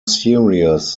serious